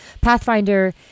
Pathfinder